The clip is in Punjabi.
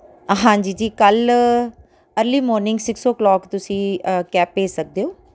ਹਾਂਜੀ ਜੀ ਕੱਲ੍ਹ early morning six o'clock ਤੁਸੀਂ ਕੈਬ ਭੇਜ ਸਕਦੇ ਹੋ